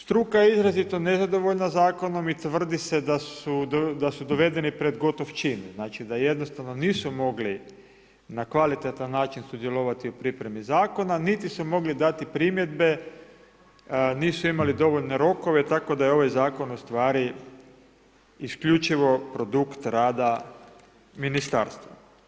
Struka je izrazito nezadovoljna zakonom i tvrdi se da su dovedeni kroz gotov čin, znači da jednostavno nisu mogli na kvalitetan način sudjelovati u pripremi zakona niti su mogli dati primjedbe, nisu imali dovoljne rokove tako da je ovaj zakon ustvari isključivo produkt rada ministarstva.